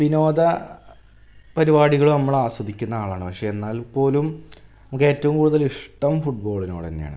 വിനോദ പരിപാടികളും നമ്മളാസ്വദിക്കുന്ന ആളാണ് പക്ഷെ എന്നാല്പ്പോലും നമ്മക്കേറ്റവും കൂടുതലിഷ്ടം ഫുട്ബോളിനോടു തന്നെയാണ്